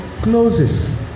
Closes